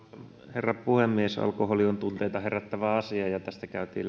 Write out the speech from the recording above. herra puhemies alkoholi on tunteita herättävä asia tästä käytiin